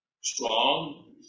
strong